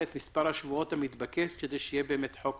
את מספר השבועות המתבקש כדי שיהיה באמת חוק